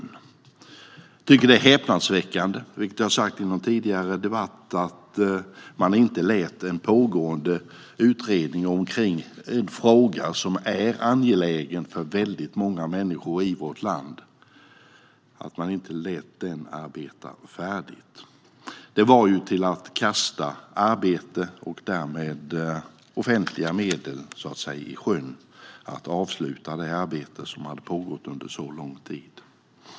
Jag tycker att det är häpnadsväckande, vilket jag har sagt i någon tidigare debatt, att man inte lät en pågående utredning om en fråga som är angelägen för väldigt många människor i vårt land arbeta färdigt. Det var att kasta arbete och därmed offentliga medel i sjön att avsluta det arbete som hade pågått under en så lång tid.